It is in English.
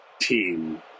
team